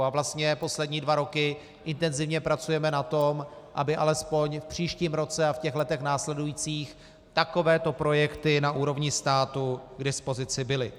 A vlastně poslední dva roky intenzivně pracujeme na tom, aby alespoň v příštím roce a v letech následujících takovéto projekty na úrovni státu k dispozici byly.